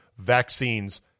Vaccines